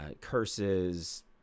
curses